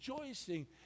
rejoicing